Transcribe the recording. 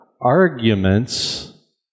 arguments